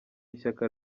ishyaka